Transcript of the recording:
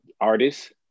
artists